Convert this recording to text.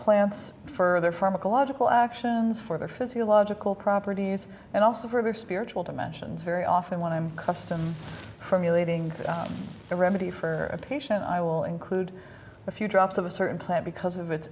plants for their from a logical actions for their physiological properties and also for their spiritual dimensions very often when i'm custom formulating the remedy for a patient i will include a few drops of a certain plant because of its